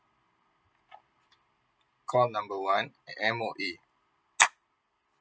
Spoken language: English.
call number one M_O_E